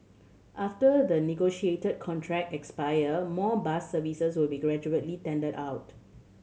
after the negotiated contract expire more bus services will be gradually tendered out